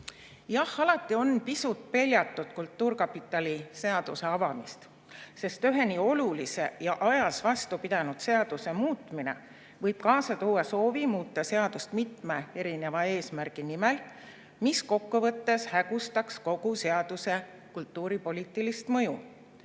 Jah, alati on pisut peljatud kultuurkapitali seaduse avamist, sest ühe nii olulise ja ajas vastu pidanud seaduse muutmine võib kaasa tuua soovi muuta seadust mitme erineva eesmärgi nimel, mis kokkuvõttes hägustaks kogu seaduse kultuuripoliitilist mõju.